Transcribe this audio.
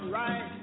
right